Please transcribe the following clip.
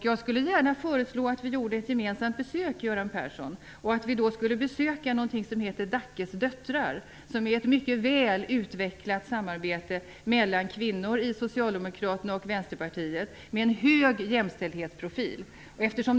Jag föreslår att vi gör ett gemensamt besök där, Göran Persson, och besöker någonting som heter Dackes döttrar. Det är ett mycket väl utvecklat samarbete mellan kvinnor i Socialdemokraterna och Vänsterpartiet. Det har en hög jämställdhetsprofil.